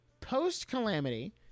post-Calamity